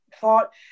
Thought